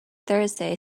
thursday